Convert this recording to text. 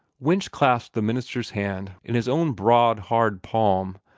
winch clasped the minister's hand in his own broad, hard palm,